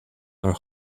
are